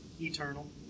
Eternal